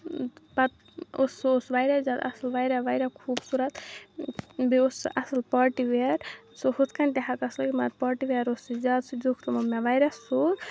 پَتہٕ اوس سُہ اوس واریاہ زیادٕ اصل واریاہ واریاہ خوٗبصوٗرت بیٚیہِ اوس سُہ اصل پاٹی ویَر سُہ ہُتھ کنۍ تہٕ ہیٚکہٕ ہا سُہ مگر پاٹی وِیَر اوس سُہ زیادٕ سُہ دِتُکھ تمو مےٚ واریاہ سوٚگ